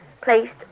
placed